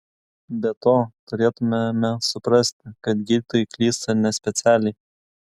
be to turėtumėme suprasti kad gydytojai klysta nespecialiai